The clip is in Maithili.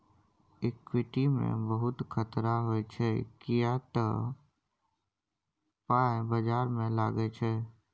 इक्विटी मे बहुत खतरा होइ छै किए तए पाइ बजार मे लागै छै